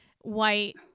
white